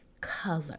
color